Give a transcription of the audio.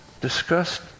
discussed